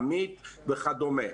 אמי"ת וכדומה.